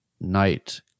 night